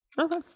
Okay